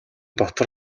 дотор